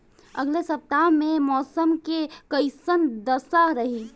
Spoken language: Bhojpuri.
अलगे सपतआह में मौसम के कइसन दशा रही?